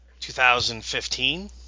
2015